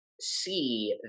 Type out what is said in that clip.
see